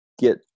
get